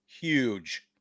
Huge